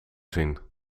zien